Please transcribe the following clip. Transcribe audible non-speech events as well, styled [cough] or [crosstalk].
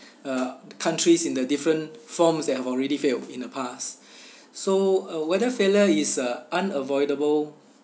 uh countries in the different forms that have already failed in the past [breath] so uh whether failure is uh unavoidable